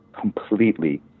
completely